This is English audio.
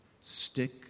Stick